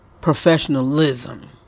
professionalism